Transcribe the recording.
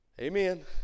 Amen